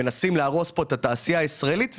מנסים להרוס פה את התעשייה הישראלית.